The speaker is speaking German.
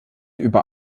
über